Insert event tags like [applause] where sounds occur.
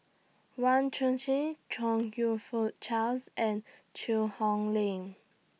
Wang [unintelligible] Chong YOU Fook Charles and Cheang Hong Lim